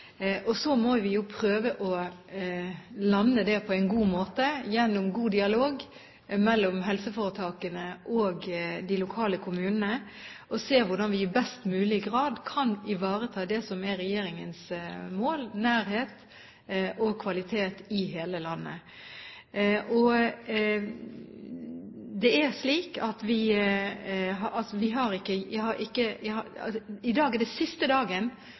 Så må vi jo prøve å lande det på en god måte gjennom god dialog mellom helseforetakene og de lokale kommunene og se hvordan vi i størst mulig grad kan ivareta det som er regjeringens mål, nærhet og kvalitet i hele landet. I dag er det siste dagen hvor disse planene behandles formelt. Så skal jeg ta dem inn, og jeg kan altså